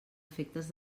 efectes